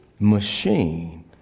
machine